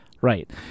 Right